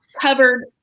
covered